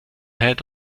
head